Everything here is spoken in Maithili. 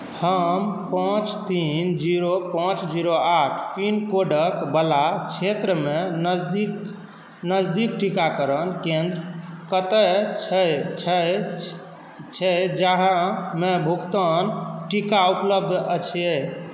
हम पाँच तीन जीरो पाँच जीरो आठ पिनकोडकवला क्षेत्रमे नजदीक नजदीक टीकाकरण केन्द्र कतय छै छै छै जहाँमे भुगतान टीका उपलब्ध अछि